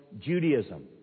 Judaism